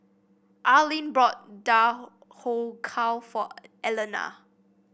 Arlen bought Dhokla for Elaina